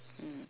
mm